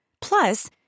Plus